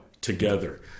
together